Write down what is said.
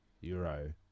euro